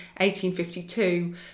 1852